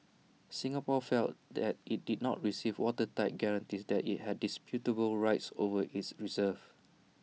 Singapore felt that IT did not receive watertight guarantees that IT had indisputable rights over its reserves